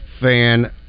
Fan